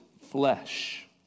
flesh